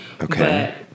Okay